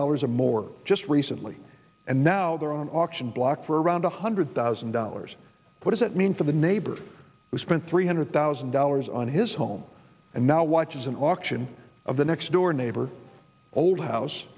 dollars or more just recently and now they're on an auction block for around one hundred thousand dollars what does it mean for the neighbor who spent three hundred thousand dollars on his home and now watches an auction of the next door neighbor old house